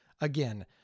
Again